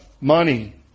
money